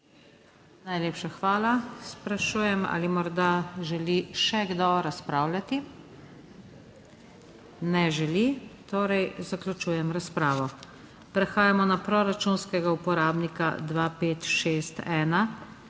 Najlepša hvala. Sprašujem, ali morda želi še kdo razpravljati? Ne želi. Torej zaključujem razpravo. Prehajamo na proračunskega uporabnika 2561,